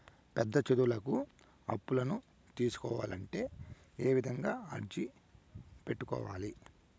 పెద్ద చదువులకు అప్పులను తీసుకోవాలంటే ఏ విధంగా అర్జీ పెట్టుకోవాలి?